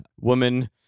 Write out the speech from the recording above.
woman